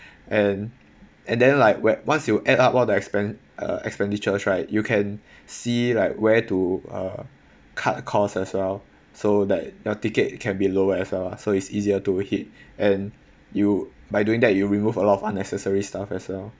and and then like when once you add up all the expend~ uh expenditures right you can see like where to uh cut costs as well so that your ticket can be lower as well lah so it's easier to hit and you by doing that you remove a lot of unnecessary stuff as well